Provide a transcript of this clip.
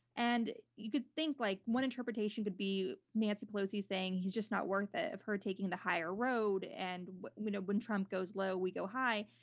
and you could think, like one interpretation could be nancy pelosi saying, he's just not worth it, of her taking the higher road. and when when trump goes low, we go high.